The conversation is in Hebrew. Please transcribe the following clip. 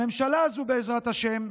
הממשלה הזו, בעזרת השם,